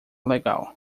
legal